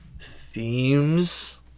Themes